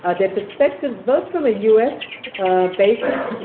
ah their perspectives both from a us basis,